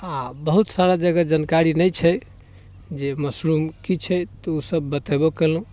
आओर बहुत सारा जगह जानकारी नहि छै जे मशरूम की छै तऽ ओसब बतेबो केलहुँ